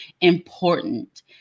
important